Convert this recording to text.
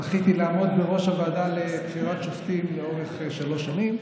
זכיתי לעמוד בראש הוועדה לבחירת שופטים לאורך שלוש שנים,